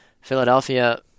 Philadelphia